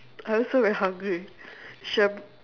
I also very hungry should've